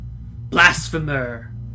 blasphemer